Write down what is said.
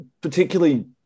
particularly